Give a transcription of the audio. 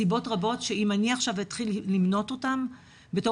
סיבות רבות שאם אני עכשיו אתחיל למנות אותן ובתור